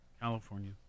California